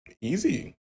Easy